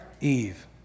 Eve